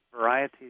varieties